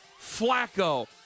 Flacco